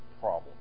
problem